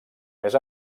més